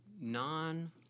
Non